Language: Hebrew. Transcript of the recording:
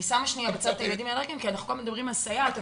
אני שמה בצד את הילדים האלרגיים כי אנחנו כל הזמן מדברים על סייעת,